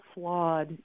flawed